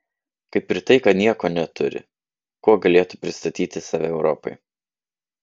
kaip ir tai kad nieko neturi kuo galėtų pristatyti save europai